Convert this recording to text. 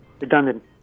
Redundant